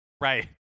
right